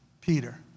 Peter